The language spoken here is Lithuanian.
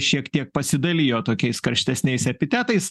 šiek tiek pasidalijo tokiais karštesniais epitetais